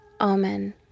Amen